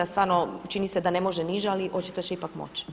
Stvarno čini se da ne može niže, ali očito će ipak moć.